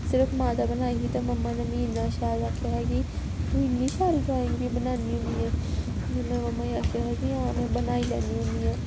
सिर्फ माता बनाई ही ते मम्मा ने मी इन्ना शैल आखेआ हा कि तूं इन्नी शैल ड्राइंग बी बनान्नी होन्नी ऐं ते में मम्मा गी आखेआ हा हां मम्मा में बनाई लैन्नी होन्नी आं